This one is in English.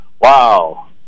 Wow